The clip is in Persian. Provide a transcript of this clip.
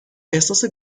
احساس